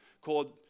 called